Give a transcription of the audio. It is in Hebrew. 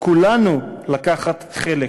לקחת חלק.